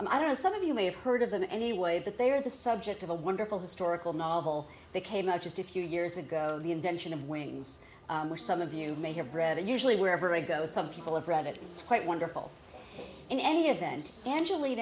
carolina i don't know some of you may have heard of them anyway but they are the subject of a wonderful historical novel that came out just a few years ago the invention of wings some of you may have read it usually wherever i go some people have read it it's quite wonderful in any event angeli